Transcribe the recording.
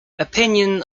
opinion